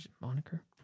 moniker